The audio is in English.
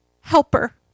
helper